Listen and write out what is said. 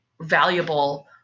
valuable